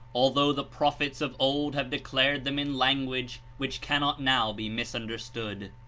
although the prophets of old have declared them in language which cannot now be misunder stood.